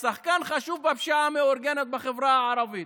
שחקן חשוב במלחמה בפשיעה המאורגנת בחברה הערבית,